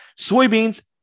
Soybeans